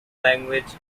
language